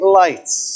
lights